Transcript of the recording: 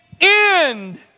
end